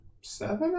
seven